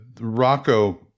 Rocco